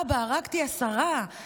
אבא, הרגתי עשרה, אבא, הרגתי עשרה.